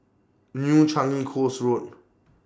New Changi Coast Road